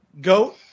GOAT